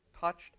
touched